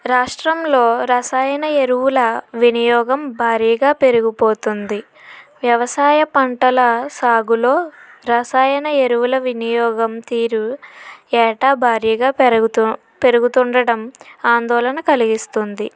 రాష్ట్రంలో రసాయన ఎరువుల వినియోగం భారీగా పెరిగిపోతుంది వ్యవసాయ పంటల సాగులో రసాయన ఎరువుల వినియోగం తీరు ఏటా భారీగా పెరుగుతూ పెరుగుతుండడం ఆందోళన కలిగిస్తుంది